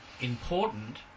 important